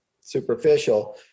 superficial